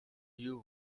you